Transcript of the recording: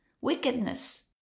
wickedness